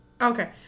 Okay